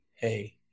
hey